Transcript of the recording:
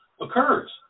occurs